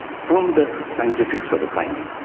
from the scientific sort of finding